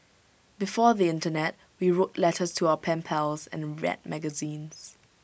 before the Internet we wrote letters to our pen pals and read magazines